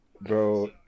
Bro